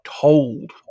told